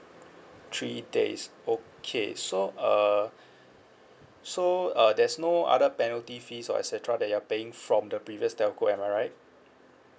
three days okay so uh so uh there's no other penalty fees or et cetera that you're paying from the previous telco am I right